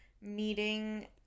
meeting